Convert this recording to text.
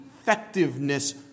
effectiveness